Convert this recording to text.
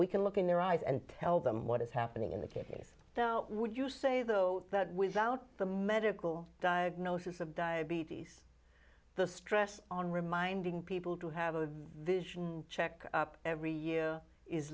we can look in their eyes and tell them what is happening in the case now would you say though that without the medical diagnosis of diabetes the stress on reminding people to have a vision check up every year is